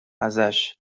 ازشاب